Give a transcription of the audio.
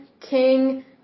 King